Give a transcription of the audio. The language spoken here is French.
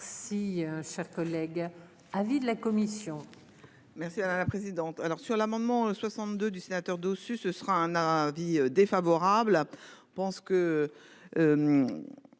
merci. Si cher collègue. Avis de la commission. Merci à la présidente. Alors sur l'amendement 62 du sénateur dessus. Ce sera un avis défavorable. Pense que.